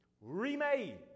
Remade